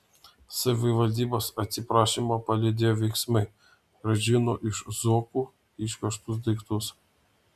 savivaldybės atsiprašymą palydėjo veiksmai grąžino iš zuokų išvežtus daiktus